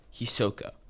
Hisoka